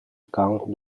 account